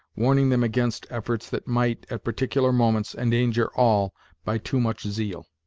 warning them against efforts that might, at particular moments, endanger all by too much zeal.